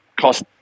cost